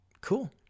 cool